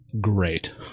great